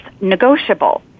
negotiable